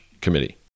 Committee